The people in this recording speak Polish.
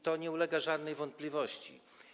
To nie ulega żadnej wątpliwości.